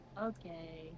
Okay